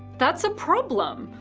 that's a problem!